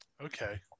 Okay